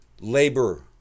Labor